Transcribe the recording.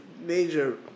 major